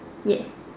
yeah